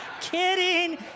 kidding